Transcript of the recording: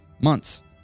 months